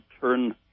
turn